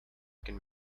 can